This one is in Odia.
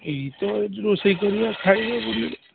ଏଇତ ଯୋ ରୋଷେଇ କରିବା ଖାଇବେ ବୁଲିବେ